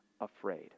afraid